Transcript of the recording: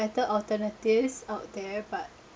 better alternatives out there but